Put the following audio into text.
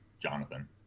Jonathan